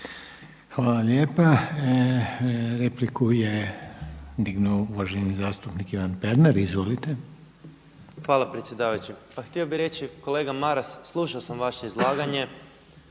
Hvala lijepa. Repliku je dignuo uvaženi zastupnik Ivan Pernar. Izvolite. **Pernar, Ivan (Živi zid)** Hvala predsjedavajući. Pa htio bih reći, kolega Maras, slušao sam vaše izlaganje